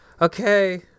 Okay